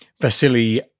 Vasily